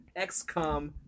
XCOM